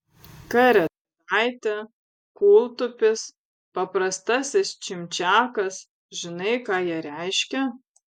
karetaitė kūltupis paprastasis čimčiakas žinai ką jie reiškia